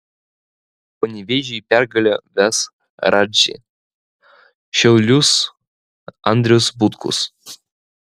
panevėžį į pergalę ves radži šiaulius andrius butkus